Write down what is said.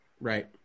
Right